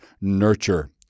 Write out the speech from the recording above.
nurture